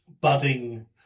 budding